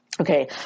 Okay